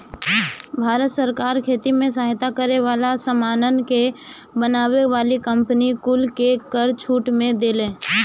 भारत सरकार खेती में सहायता करे वाला सामानन के बनावे वाली कंपनी कुल के कर में छूट देले